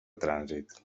trànsit